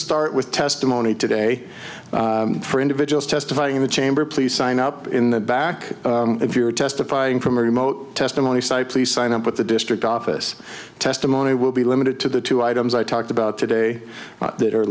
start with testimony today for individuals testifying in the chamber please sign up in the back if you are testifying from remote testimony site please sign up with the district office testimony will be limited to the two i items i talked about today that are